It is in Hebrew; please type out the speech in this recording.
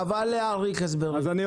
חבל להאריך הסברים.